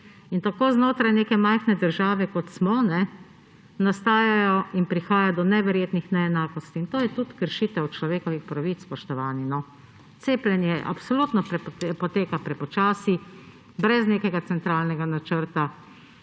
tako znotraj neke majhne države, kot smo, prihaja do neverjetnih neenakosti. To je tudi kršitev človekovih pravic, spoštovani. Cepljenje absolutno poteka prepočasi, brez nekega centralnega načrta.